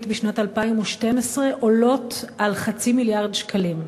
בשנת 2012 עולות על 0.5 מיליארד שקלים.